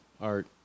art